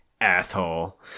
Asshole